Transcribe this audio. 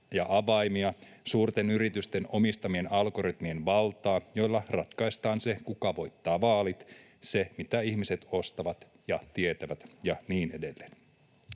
ja avaimia, suurten yritysten omistamien algoritmien valtaa, joilla ratkaistaan se, kuka voittaa vaalit, se, mitä ihmiset ostavat ja tietävät, ja niin edelleen.